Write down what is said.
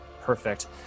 Perfect